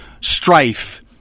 strife